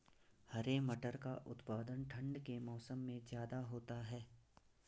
हरे मटर का उत्पादन ठंड के मौसम में ज्यादा होता है